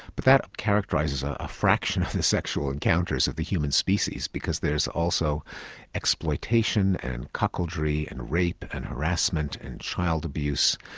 but that characterises a fraction of the sexual encounters of the human species because there's also exploitation and cuckoldry and rape and harassment and child abuse,